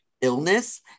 illness